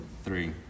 three